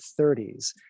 30s